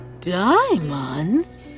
Diamonds